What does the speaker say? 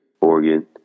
Oregon